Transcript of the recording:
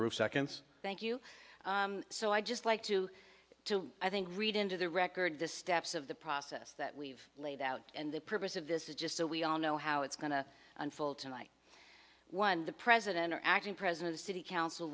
culture of seconds thank you so i just like to to i think read into the record the steps of the process that we've laid out and the purpose of this is just so we all know how it's going to unfold unlike one the president or acting president of city council